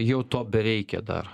jau to bereikia dar